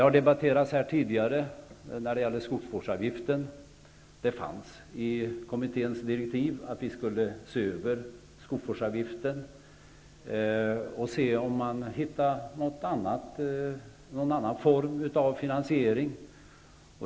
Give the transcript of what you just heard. Man har här tidigare debatterat skogsvårdsavgiften. I kommitténs direktiv ingick att vi skulle se över skogsvårdsavgiften och se om man hittade någon annan form av finansiering.